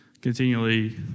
continually